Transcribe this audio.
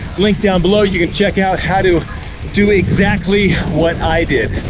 link down below. you can check out how to do exactly what i did.